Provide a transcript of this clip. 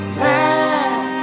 laugh